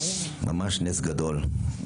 ממש נס גדול.